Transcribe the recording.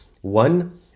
One